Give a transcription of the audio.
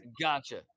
Gotcha